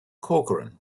corcoran